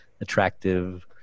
attractive